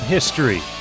History